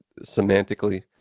semantically